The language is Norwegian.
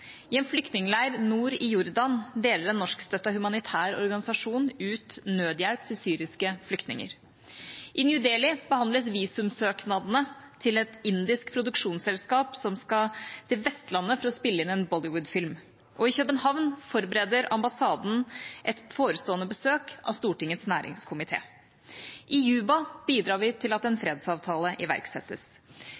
I en flyktningleir nord i Jordan deler en norskstøttet humanitær organisasjon ut nødhjelp til syriske flyktninger. I New Delhi behandles visumsøknadene til et indisk produksjonsselskap som skal til Vestlandet for å spille inn en Bollywood-film. I København forbereder ambassaden et forestående besøk av Stortingets næringskomité. I Juba bidrar vi til at en